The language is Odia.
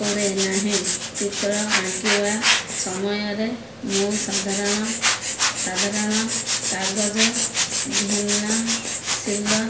କରେ ନାହିଁ ଚିତ୍ର ଆଙ୍କିବା ସମୟରେ ମୁଁ ସାଧାରଣ ସାଧାରଣ କାଗଜ ଘେନାଶୀଲା